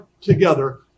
together